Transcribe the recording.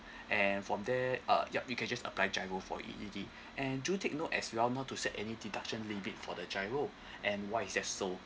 and from there uh yup you can just apply giro for it already and do take note as well not to set any deduction limit for the giro and why is that so